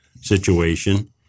situation